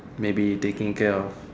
maybe taking care of